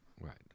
Right